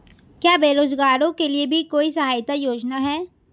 क्या बेरोजगारों के लिए भी कोई सहायता योजना है?